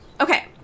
okay